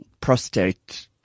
prostate